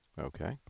Okay